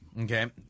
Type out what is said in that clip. okay